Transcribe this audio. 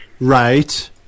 Right